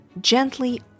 Gently